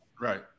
right